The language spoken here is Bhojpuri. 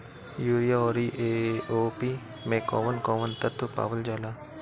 यरिया औरी ए.ओ.पी मै कौवन कौवन तत्व पावल जाला?